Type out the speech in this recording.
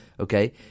Okay